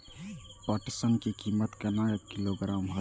पटसन की कीमत केना किलोग्राम हय?